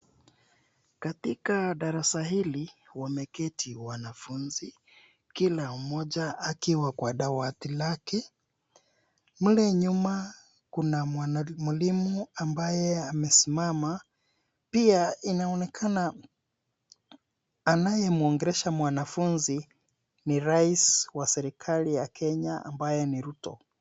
Katika darasa hili wameketi wanafunzi kila moja akiwa kwa dawati lake. Mle nyuma kuna mwalimu ambaye amesimama. Pia inaonekana anayemwongelesha mwanafunzi ni rais wa serikali ya Kenya ambaye ni Ruto.